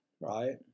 right